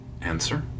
answer